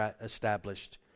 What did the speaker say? established